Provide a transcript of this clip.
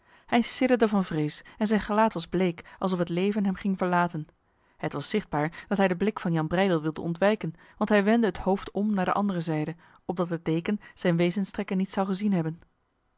hij sidderde van vrees en zijn gelaat was bleek alsof het leven hem ging verlaten het was zichtbaar dat hij de blik van jan breydel wilde ontwijken want hij wendde het hoofd om naar de andere zijde opdat de deken zijn wezenstrekken niet zou gezien hebben